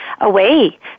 away